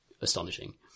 astonishing